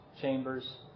chambers